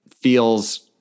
feels